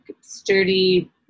sturdy